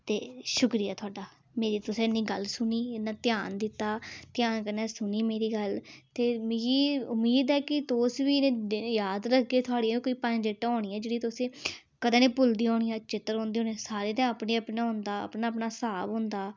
ते शुक्रिया थुआढ़ा मेरी तुसें गल्ल सुनी इन्ना ध्यान दित्ता ध्यान कन्नै सुनी मेरी गल्ल ते मिगी मेद ऐ कि तुस बी इनें डेटें गी याद रक्खगे कि थुआढ़ियां बी कोई पंज डेटां होनियां जेह्ड़ियां तुसें गी कदें निं भुलदियां होनियां चेत्ता रौह्ंदियां सारें ई ते अपने अपने होंदा अपना अपना स्हाब होंदा